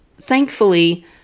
Thankfully